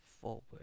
Forward